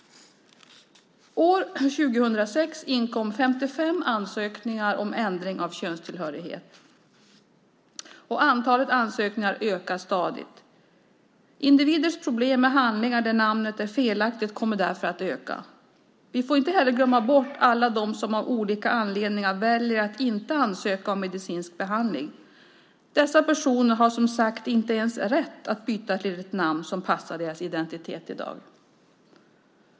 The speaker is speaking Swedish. År 2006 inkom 55 ansökningar om ändring av könstillhörighet, och antalet ansökningar ökar stadigt. Individers problem med handlingar där namnet är felaktigt kommer därför att öka. Vi får inte heller glömma bort alla dem som av olika anledningar väljer att inte ansöka om medicinsk behandling. Dessa personer har som sagt inte ens rätt att byta till ett namn som passar deras identitet i dag.